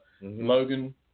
Logan